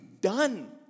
done